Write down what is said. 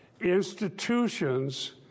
Institutions